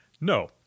No